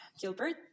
Gilbert